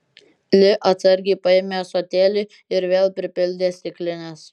li atsargiai paėmė ąsotėlį ir vėl pripildė stiklines